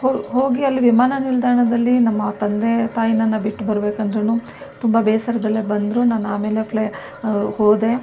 ಹೋಗಿ ಹೋಗಿ ಅಲ್ಲಿ ವಿಮಾನ ನಿಲ್ದಾಣದಲ್ಲಿ ನಮ್ಮ ತಂದೆ ತಾಯಿ ನನ್ನ ಬಿಟ್ಟು ಬರ್ಬೇಕಾದ್ರೂ ತುಂಬ ಬೇಸರದಲ್ಲೇ ಬಂದರು ನಾನು ಆಮೇಲೆ ಹೋದೆ